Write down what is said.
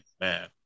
Man